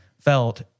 felt